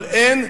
אבל אין,